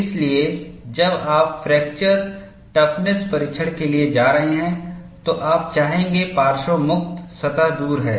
इसलिए जब आप फ्रैक्चर टफनेस परीक्षण के लिए जा रहे हैं तो आप चाहेंगे पार्श्व मुक्त सतह दूर है